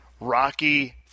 rocky